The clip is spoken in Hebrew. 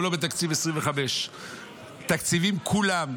גם לא בתקציב 2025. התקציבים כולם: